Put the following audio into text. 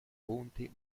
punti